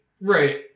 Right